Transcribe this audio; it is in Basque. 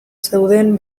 zeuden